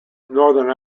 northern